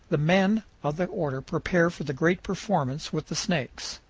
the men of the order prepare for the great performance with the snakes.